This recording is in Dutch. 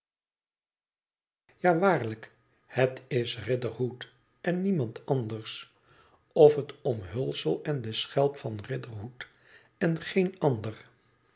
ja waarlijk het is riderhood en niemand anders of het omhulsel en de schelp van riderhood en geen ander